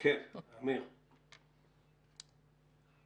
אמיר, בבקשה.